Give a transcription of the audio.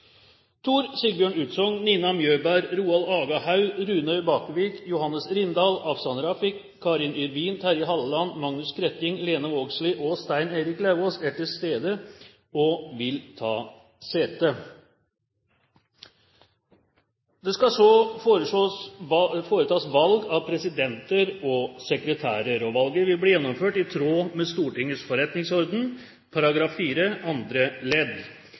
Tor Sigbjørn Utsogn, Nina Mjøberg, Roald Aga Haug, Rune Bakervik, Johannes Rindal, Afshan Rafiq, Karin Yrvin, Terje Halleland, Magnus Skretting, Lene Vågslid og Stein Erik Lauvås er til stede og vil ta sete. Det skal så foretas valg av presidenter og sekretærer. Valget vil bli gjennomført i tråd med Stortingets